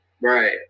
Right